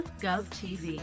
GovTV